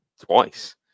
twice